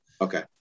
okay